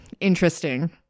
interesting